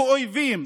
כאויבים,